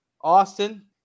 Austin